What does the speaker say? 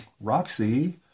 Roxy